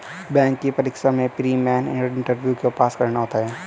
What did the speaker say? bank की परीक्षा में प्री, मेन और इंटरव्यू को पास करना होता है